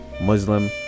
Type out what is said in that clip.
Muslim